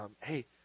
hey